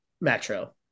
metro